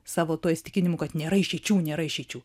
savo tuo įsitikinimu kad nėra išeičių nėra išeičių